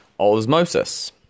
Osmosis